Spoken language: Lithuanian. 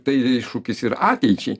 tai iššūkis ir ateičiai